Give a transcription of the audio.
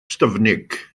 ystyfnig